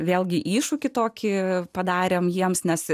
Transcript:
vėlgi iššūkį tokį padarėme jiems nes